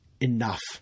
enough